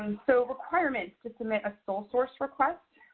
and so requirements to submit a sole source request.